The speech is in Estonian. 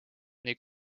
nii